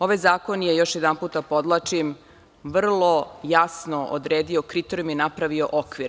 Ovaj zakon je, još jedanputa podvlačim, vrlo jasno odredio kriterijume i napravio okvire.